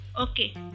Okay